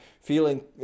feeling